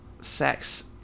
sex